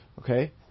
okay